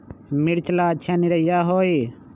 मिर्च ला अच्छा निरैया होई?